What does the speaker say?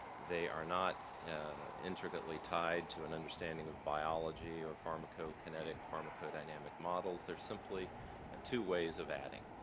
they are not intricately tied to an understanding of biology or pharmacokinetic pharmacodynamic models, they're simply two ways of adding.